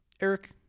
Eric